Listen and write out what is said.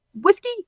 whiskey